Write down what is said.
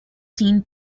seen